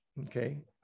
Okay